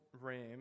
ram